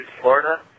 Florida